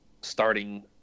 starting